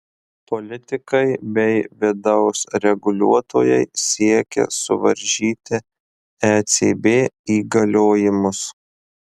politikai bei vidaus reguliuotojai siekia suvaržyti ecb įgaliojimus